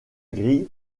grille